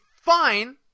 fine